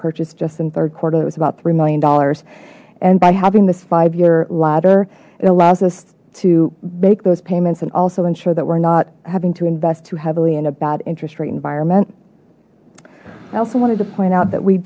purchase just in third quarter that was about three million dollars and by having this five year ladder it allows us to make those payments and also ensure that we're not having to invest too heavily in a bad interest rate environment i also wanted to point out that we